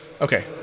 Okay